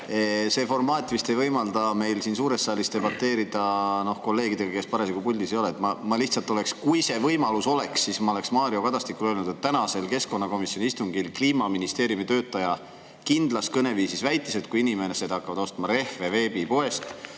see formaat ei võimalda meil siin suures saalis debateerida kolleegidega, kes parasjagu puldis ei ole. Kui see võimalus oleks, siis ma oleksin Mario Kadastikule öelnud, et tänasel keskkonnakomisjoni istungil Kliimaministeeriumi töötaja väitis kindlas kõneviisis, et kui inimesed hakkavad ostma rehve veebipoest,